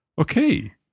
Okay